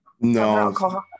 No